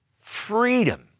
freedom